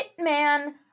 hitman